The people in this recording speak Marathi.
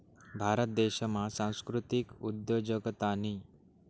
भारत देशमा सांस्कृतिक उद्योजकतानी